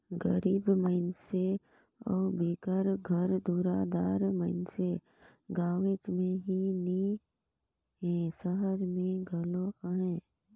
गरीब मइनसे अउ बिगर घर दुरा दार मइनसे गाँवेच में नी हें, सहर में घलो अहें